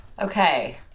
Okay